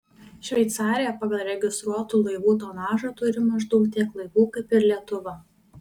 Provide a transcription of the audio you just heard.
šveicarija pagal registruotų laivų tonažą turi maždaug tiek laivų kaip ir lietuva